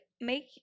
make